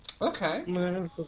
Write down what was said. Okay